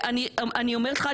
אני אומרת לך,